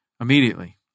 immediately